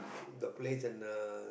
the place and uh